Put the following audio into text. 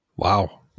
Wow